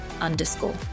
underscore